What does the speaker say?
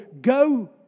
go